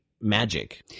magic